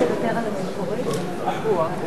לחודש.